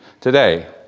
today